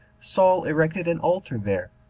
saul erected an altar there,